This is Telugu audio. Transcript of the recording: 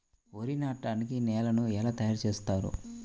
వరి నాటడానికి నేలను ఎలా తయారు చేస్తారు?